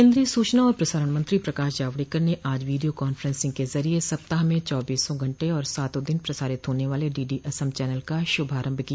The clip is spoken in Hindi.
केन्द्रीय सूचना और प्रसारण मंत्री प्रकाश जावडेकर ने आज वीडियो कांफ्रेंसिंग के जरिए सप्ताह में चौबीसों घंटे और सातों दिन प्रसारित होने वाले डीडी असम चैनल का श्भारंभ किया